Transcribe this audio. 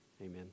Amen